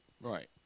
Right